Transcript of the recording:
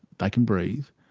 they can breath,